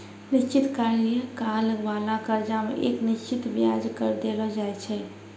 निश्चित कार्यकाल बाला कर्जा मे एक निश्चित बियाज दर देलो जाय छै